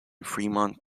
fremont